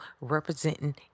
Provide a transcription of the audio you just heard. representing